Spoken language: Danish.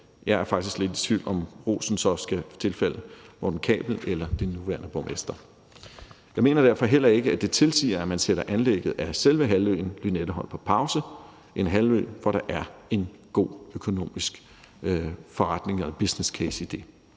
jeg er faktisk lidt i tvivl om, om rosen så skal tilfalde Morten Kabel eller den nuværende borgmester. Jeg mener derfor heller ikke, at det tilsiger, at man sætter anlægget af selve halvøen Lynetteholm på pause – en halvø, hvor der er en god økonomisk forretning og business case.